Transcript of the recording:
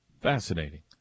Fascinating